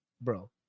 Bro